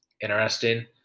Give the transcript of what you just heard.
interesting